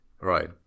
Right